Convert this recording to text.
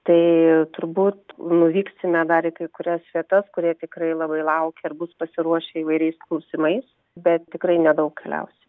tai turbūt nuvyksime dar į kai kurias vietas kurie tikrai labai laukia ir bus pasiruošę įvairiais klausimais bet tikrai nedaug keliausim